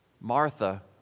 Martha